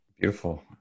Beautiful